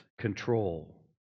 control